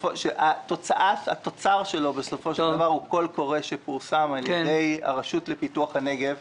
התוצר שלו בסופו של דבר הוא קול קורא שפורסם על ידי הרשות לפיתוח הנגב,